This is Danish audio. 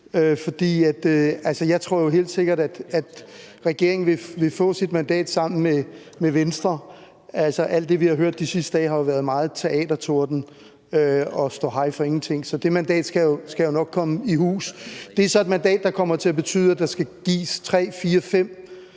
jeg tror helt sikkert, at regeringen vil få sit mandat sammen med Venstre. Alt det, vi har hørt de sidste dage, har jo i høj grad været teatertorden og ståhej for ingenting, så det mandat skal jo nok komme i hus. Det er så et mandat, der kommer til at betyde, at der, uanset hvordan